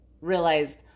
realized